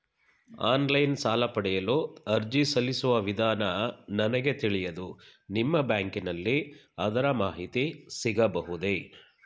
Online ಸಾಲ ಪಡೆಯಲು ಅರ್ಜಿ ಸಲ್ಲಿಸುವ ವಿಧಾನ ನನಗೆ ತಿಳಿಯದು ನಿಮ್ಮ ಬ್ಯಾಂಕಿನಲ್ಲಿ ಅದರ ಮಾಹಿತಿ ಸಿಗಬಹುದೇ?